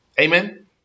Amen